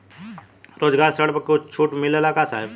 स्वरोजगार ऋण पर कुछ छूट मिलेला का साहब?